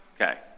okay